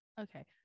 okay